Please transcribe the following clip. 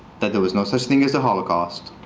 that there was no such thing as the holocaust,